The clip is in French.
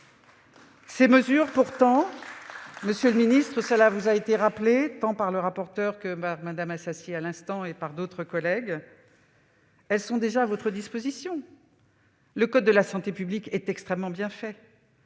au pays. Pourtant, monsieur le ministre- cela vous a été rappelé tant par le rapporteur que par Mme Assassi à l'instant et par d'autres collègues -, ces mesures sont déjà à votre disposition. En effet, le code de la santé publique est extrêmement bien fait